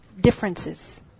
differences